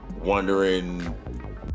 wondering